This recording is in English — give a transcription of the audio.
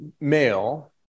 male